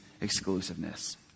exclusiveness